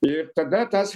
ir tada tas